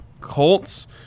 Colts